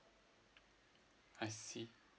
I see